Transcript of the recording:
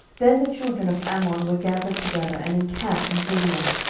then the children of ammon were gathered together, and encamped in gilead.